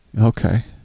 Okay